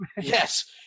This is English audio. Yes